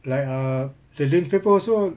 like err the newspaper also